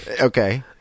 Okay